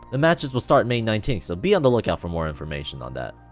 the matches will start may nineteen so be on the lookout for more information on that.